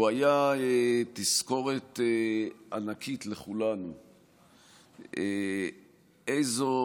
הוא היה תזכורת ענקית לכולנו איזו